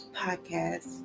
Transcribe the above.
podcast